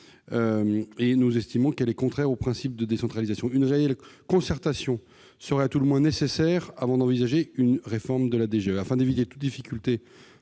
de subventions est contraire aux principes de la décentralisation. Une réelle concertation serait à tout le moins nécessaire avant d'envisager une réforme de la DGE. Afin d'éviter toute difficulté